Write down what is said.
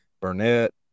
Burnett